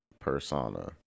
persona